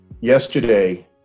yesterday